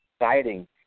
exciting